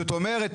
זאת אומרת,